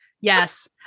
Yes